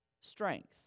strength